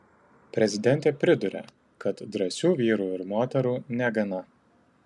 prezidentė priduria kad drąsių vyrų ir moterų negana